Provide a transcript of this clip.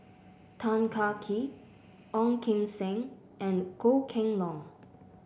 Tan Kah Kee Ong Kim Seng and Goh Kheng Long